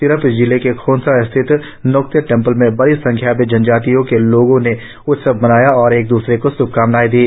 तिरप जिले के खोंसा स्थित नोक्ते टेंपल में बड़ी संख्या में जनजाति के लोगों ने उत्सव मनाया और एक द्रसरे को श्भकामनाएं दी